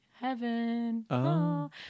heaven